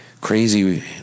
crazy